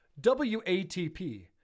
WATP